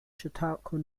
chautauqua